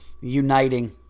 uniting